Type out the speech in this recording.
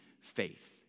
faith